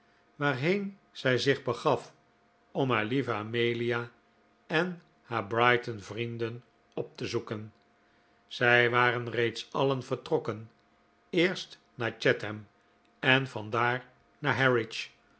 waarheen zij zich begaf om haar lieve amelia en haar brighton vrienden op te zoeken zij waren reeds alien vertrokken eerst naar chatham en van daar naar